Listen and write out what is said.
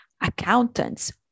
accountants